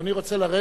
אדוני רוצה לרדת?